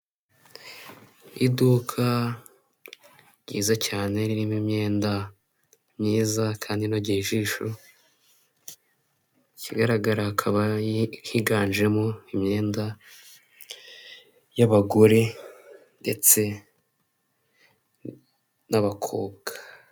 Iduka ryiza cyane ririmo imyenda myiza kandi inogeye ijisho, ikigaragara akaba higanjemo imyenda y'abagore ndetse n'abakobwa.